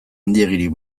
handiegirik